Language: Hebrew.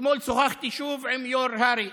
אתמול שוחחתי שוב עם יו"ר הר"י.